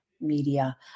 Media